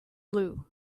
blue